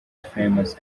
famous